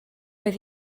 oedd